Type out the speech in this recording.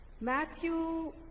Matthew